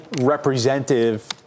representative